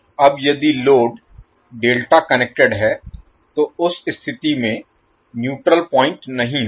अब यदि load delta connected है तो उस स्थिति में न्यूट्रल पॉइंट नहीं होगा